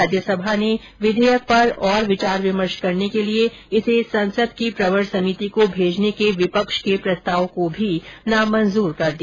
राज्यसभा ने विधेयक पर और विचार विमर्श करने के लिए इसे संसद की प्रवर समिति को भेजने के विपक्ष के प्रस्ताव को भी नामंजूर कर दिया